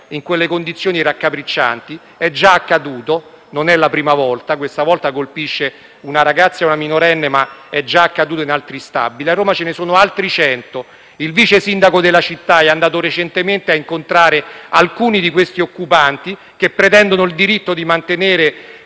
in quelle condizioni raccapriccianti. Non è la prima volta che accade, questa volta si è trattato di una ragazza minorenne, ma è già accaduto in altri stabili: a Roma ce ne sono altri cento. Il vice sindaco della città è andato recentemente a incontrare alcuni di questi occupanti, che pretendono il diritto di mantenere